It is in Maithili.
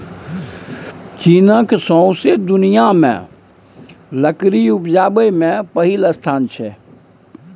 चीनक सौंसे दुनियाँ मे लकड़ी उपजाबै मे पहिल स्थान छै